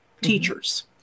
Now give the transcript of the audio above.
teachers